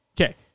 Okay